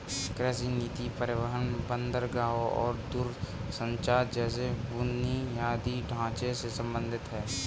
कृषि नीति परिवहन, बंदरगाहों और दूरसंचार जैसे बुनियादी ढांचे से संबंधित है